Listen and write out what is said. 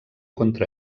contra